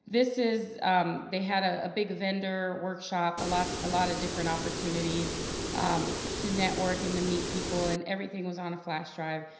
this is they had ah a big vendor workshop, a lot a lot of different opportunities to network and to meet people. and everything was on a flash drive.